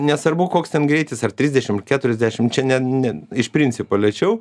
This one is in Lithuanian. nesvarbu koks ten greitis ar trisdešim ar keturiasdešim čia ne ne iš principo lėčiau